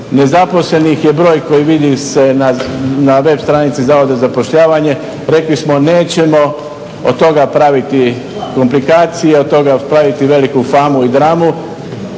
nezaposlenih je broj koji vidi se na web stranici Zavoda za zapošljavanje, rekli smo nećemo od toga praviti komplikacije, od toga praviti veliku famu i dramu.